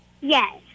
Yes